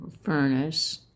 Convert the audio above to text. furnace